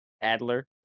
Adler